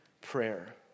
prayer